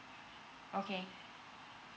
okay